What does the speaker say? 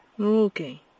Okay